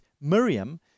Miriam